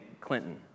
Clinton